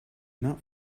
not